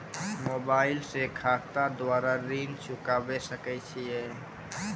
Mobile से खाता द्वारा ऋण चुकाबै सकय छियै?